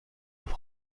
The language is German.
auf